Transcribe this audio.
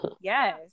Yes